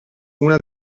una